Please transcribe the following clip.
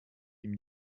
ihm